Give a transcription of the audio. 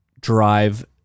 drive